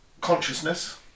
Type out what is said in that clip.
consciousness